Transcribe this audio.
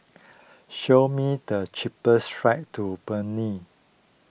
show me the cheapest flights to